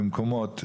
במקומות,